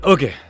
Okay